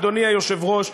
אדוני היושב-ראש,